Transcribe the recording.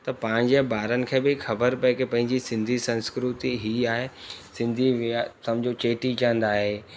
त पंहिंजे ॿारनि खे बि ख़बर पिए की पंहिंजी सिंधी संस्कृती ई आहे सिंधी बि समुझो चेटीचंड आहे